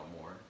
more